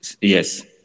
yes